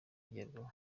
kugerwaho